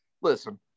listen